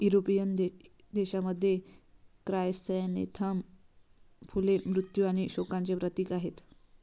European देशांमध्ये, chrysanthemum फुले मृत्यू आणि शोकांचे प्रतीक आहेत